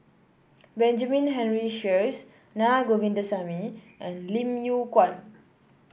Benjamin Henry Sheares Na Govindasamy and Lim Yew Kuan